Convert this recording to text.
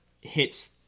hits